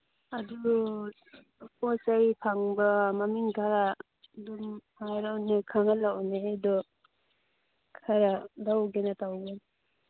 ꯑꯗꯨ ꯄꯣꯠ ꯆꯩ ꯐꯪꯕ ꯃꯃꯤꯡ ꯈꯔ ꯑꯗꯨꯝ ꯍꯥꯏꯔꯛꯎꯅꯦ ꯈꯪꯍꯜꯂꯛꯎꯅꯦ ꯑꯗꯨ ꯈꯔ ꯂꯧꯒꯦꯅ ꯇꯧꯕꯅꯤ